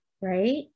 right